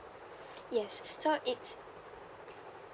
yes so it's